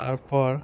তারপর